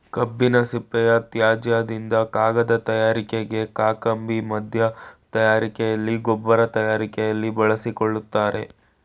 ಕಬ್ಬಿನ ಸಿಪ್ಪೆಯ ತ್ಯಾಜ್ಯದಿಂದ ಕಾಗದ ತಯಾರಿಕೆಗೆ, ಕಾಕಂಬಿ ಮಧ್ಯ ತಯಾರಿಕೆಯಲ್ಲಿ, ಗೊಬ್ಬರ ತಯಾರಿಕೆಯಲ್ಲಿ ಬಳಸಿಕೊಳ್ಳುತ್ತಾರೆ